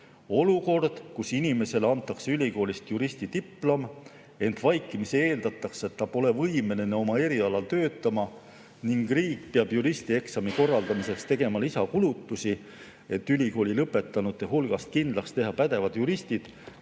"Olukord, kus inimesele antakse ülikoolist juristidiplom, ent vaikimisi eeldatakse, et ta pole võimeline oma erialal töötama, ning riik peab juristieksami korraldamiseks tegema lisakulutusi, et ülikooli lõpetanute hulgast kindlaks teha pädevad juristid,